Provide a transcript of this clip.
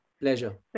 Pleasure